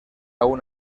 aún